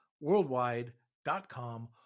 worldwide.com